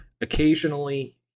occasionally